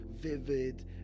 vivid